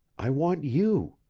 i want you.